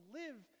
live